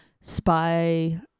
spy